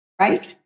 right